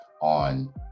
on